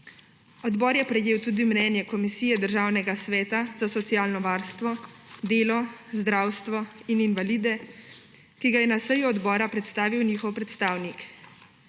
Odbor je prejel tudi mnenje Komisije Državnega sveta za socialno varstvo, delo, zdravstvo in invalide, ki ga je na seji odbora predstavil njihov predstavnik.